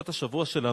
פרשת השבוע שלנו,